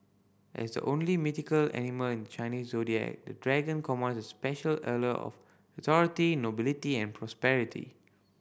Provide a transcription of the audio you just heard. as the only mythical animal in Chinese Zodiac the Dragon commands a special allure of authority nobility and prosperity